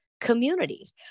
communities